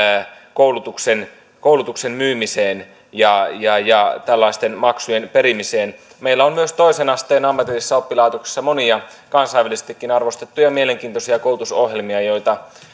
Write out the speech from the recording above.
koulutuksen koulutuksen myymiseen ja ja tällaisten maksujen perimiseen meillä on myös toisen asteen ammatillisissa oppilaitoksissa monia kansainvälisestikin arvostettuja ja mielenkiintoisia koulutusohjelmia joita